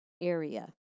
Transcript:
area